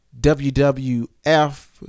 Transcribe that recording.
WWF